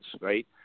right